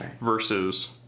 Versus